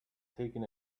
taken